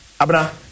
Abra